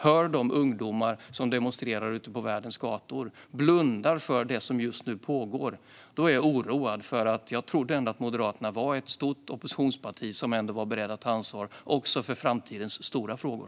Hör ni inte de ungdomar som demonstrerar ute på världens gator? Blundar ni för det som just nu pågår? Det gör mig orolig, för jag trodde ändå att Moderaterna var ett stort oppositionsparti som var berett att ta ansvar också för framtidens stora frågor.